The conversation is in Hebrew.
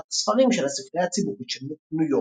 הספרים" של הספרייה הציבורית של ניו יורק.